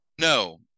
No